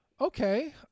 okay